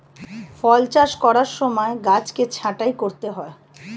ফল চাষ করার সময় গাছকে ছাঁটাই করতে হয়